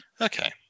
Okay